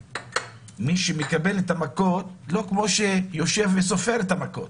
מי שמקבל את המכות לא דומה למי שסופר את המכות.